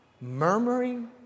murmuring